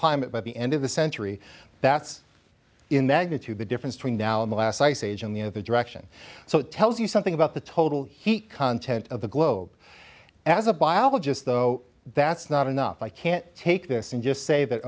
climate by the end of the century that's in that you tube the difference between now in the last ice age and the other direction so it tells you something about the total heat content of the globe as a biologist though that's not enough i can't take this and just say that